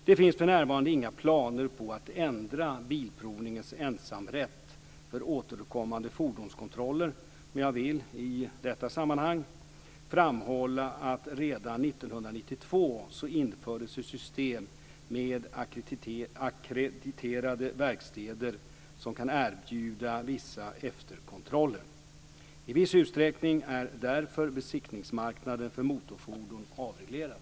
Det finns för närvarande inga planer på att ändra Bilprovningens ensamrätt för återkommande fordonskontroller, men jag vill i detta sammanhang framhålla att redan 1992 infördes ett system med ackrediterade verkstäder som kan erbjuda vissa efterkontroller. I viss utsträckning är därför besiktningsmarknaden för motorfordon avreglerad.